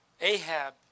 Ahab